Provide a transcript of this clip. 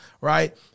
right